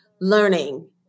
learning